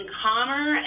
calmer